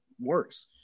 worse